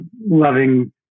loving